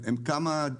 זה בדיוק העניין.